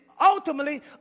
Ultimately